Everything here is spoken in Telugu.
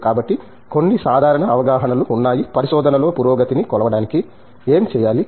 కాబట్టి కొన్ని సాధారణ అవగాహన లు ఉన్నాయి పరిశోధనలో పురోగతి ని కొలవడానికి ఏమి చేయాలి